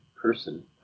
person